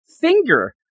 finger